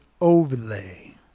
overlay